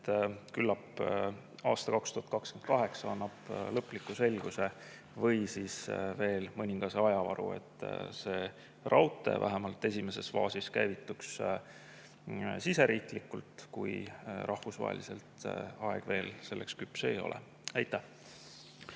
küllap aasta 2028 annab lõpliku selguse või siis tekib veel mõningane ajavaru, et see raudtee esimeses faasis käivituks vähemalt siseriiklikult, kui rahvusvaheliselt aeg veel selleks küps ei ole. Aitäh!